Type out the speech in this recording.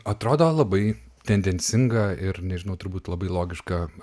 atrodo labai tendencinga ir nežinau turbūt labai logiška